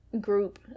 group